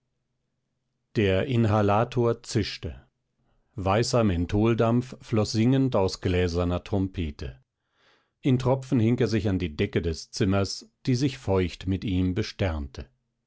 der inhalator zischte weißer mentholdampf floß singend aus gläserner trompete in tropfen hing er sich an die decke des zimmers die sich feucht mit ihm besternte